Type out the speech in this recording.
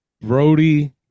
Brody